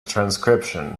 transcription